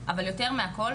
אבל יותר מהכול,